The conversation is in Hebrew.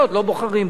לא בוחרים בו.